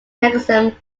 mechanism